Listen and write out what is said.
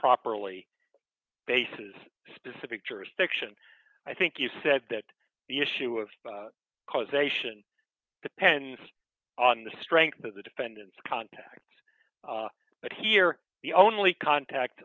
properly bases specific jurisdiction i think you said that the issue of causation depends on the strength of the defendant's contact but here the only contact